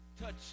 touch